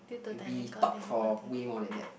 we talk for way more than that